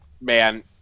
Man